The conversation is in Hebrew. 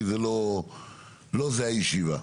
כי לא זה הישיבה.